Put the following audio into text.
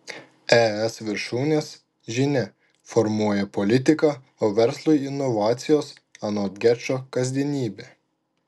es viršūnės žinia formuoja politiką o verslui inovacijos anot gečo kasdienybė